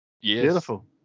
Beautiful